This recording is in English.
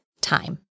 time